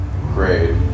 Great